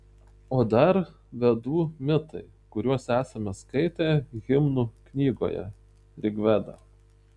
o dar vedų mitai kuriuos esame skaitę himnų knygoje rigveda